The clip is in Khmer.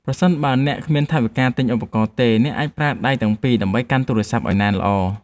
ប្រសិនបើអ្នកគ្មានថវិកាទិញឧបករណ៍ទេ អ្នកអាចប្រើដៃទាំងពីរដើម្បីកាន់ទូរស័ព្ទឱ្យណែនល្អ។